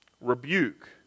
rebuke